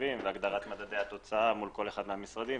מהרכיבים והגדרת מדדי התוצאה מול כל אחד מהמשרדים.